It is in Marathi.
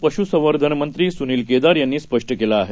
पशुसंवर्धन मंत्री सुनील केदार यांनी स्पष्ट केलं आहे